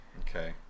Okay